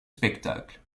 spectacle